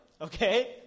Okay